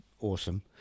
awesome